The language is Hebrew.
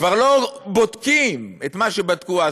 כבר לא בודקים את מה שבדקו אז,